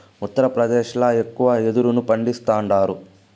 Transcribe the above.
ఉత్తరప్రదేశ్ ల ఎక్కువగా యెదురును పండిస్తాండారు